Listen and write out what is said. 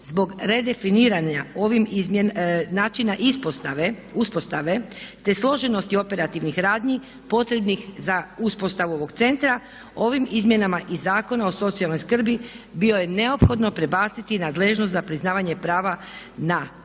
Zbog redefiniranja načina uspostave, te složenosti operativnih radnji potrebnih za uspostavu ovog centra ovim izmjenama i Zakona o socijalnoj skrbi bio je neophodno prebaciti nadležnost za priznavanje prava na